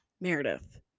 meredith